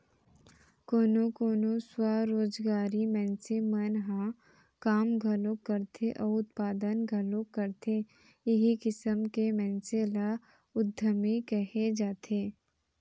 कोनो कोनो स्वरोजगारी मनसे मन ह काम घलोक करथे अउ उत्पादन घलोक करथे इहीं किसम के मनसे ल उद्यमी कहे जाथे